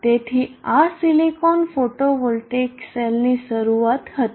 તેથી આ silicon photovoltaic સેલની શરુઆત હતી